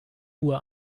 uhr